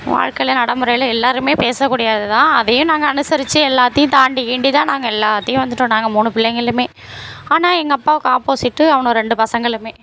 வாழ்க்கையில நடைமுறையில் எல்லோருமே பேசக்கூடியது தான் அதையும் நாங்கள் அனுசரித்து எல்லாத்தையும் தாண்டி கீண்டி தான் நாங்கள் எல்லாத்தையும் வந்துவிட்டோம் நாங்கள் மூணு பிள்ளைகளுமே ஆனால் எங்கள் அப்பாவுக்கு ஆப்போசிட்டு அவுனோ ரெண்டு பசங்களுமே